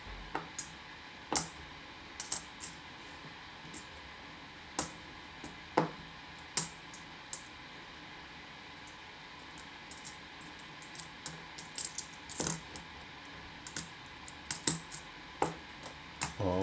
oh